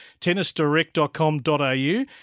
Tennisdirect.com.au